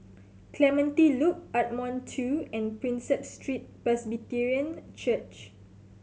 Clementi Loop Ardmore Two and Prinsep Street Presbyterian Church